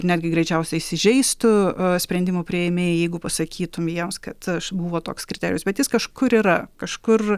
netgi greičiausiai įsižeistų sprendimų priėmėjai jeigu pasakytum jiems kad buvo toks kriterijus bet jis kažkur yra kažkur